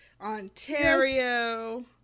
Ontario